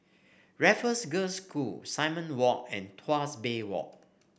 Raffles Girls' School Simon Walk and Tuas Bay Walk